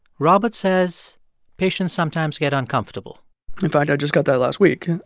roberts says patients sometimes get uncomfortable in fact, i just got that last week.